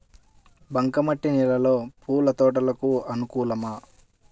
బంక మట్టి నేలలో పూల తోటలకు అనుకూలమా?